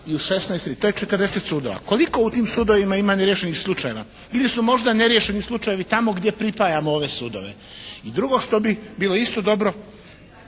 i u 16 tri. To je 40 sudova. Koliko u tim sudovima ima neriješenih slučajeva? Ili su možda neriješeni slučajevi tamo gdje pripajamo ove sudove. I drugo što bi bilo isto dobro